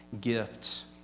gifts